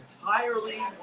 entirely